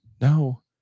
No